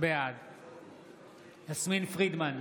בעד יסמין פרידמן,